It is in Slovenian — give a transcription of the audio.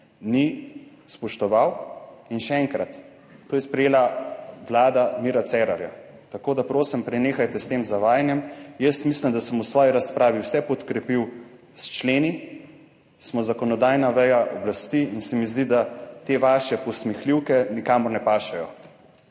ni spoštoval in še enkrat, to je sprejela vlada Mira Cerarja. Tako da prosim, prenehajte s tem zavajanjem. Jaz mislim, da sem v svoji razpravi vse podkrepil s členi. Smo zakonodajna veja oblasti in se mi zdi, da te vaše posmehljivke nikamor ne pašejo.